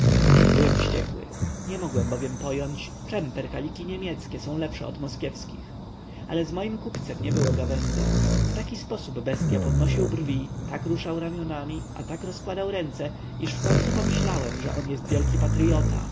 byłem wściekły nie mogłem bowiem pojąć czem perkaliki niemieckie są lepsze od moskiewskich ale z moim kupcem nie było gawędy w taki sposób bestya podnosił brwi tak ruszał ramionami a tak rozkładał ręce iż wkońcu pomyślałem że on jest wielki patryota